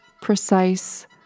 precise